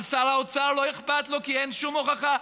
אבל שר האוצר לא אכפת לו, כי אין שום הוכחה.